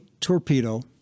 torpedo